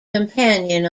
companion